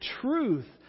truth